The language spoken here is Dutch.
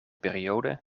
periode